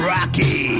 Rocky